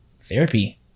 therapy